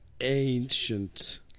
ancient